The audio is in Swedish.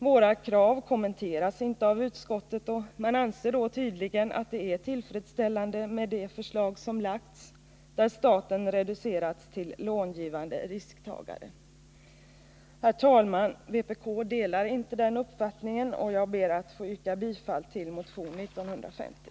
Våra krav kommenteras inte av utskottet som tydligen anser att de förslag som har lagts fram är tillfredsställande. I dessa reduceras statens roll till långivande risktagare. Herr talman! Vpk delar inte den uppfattningen, och jag ber därför att få yrka bifall till motion 1950.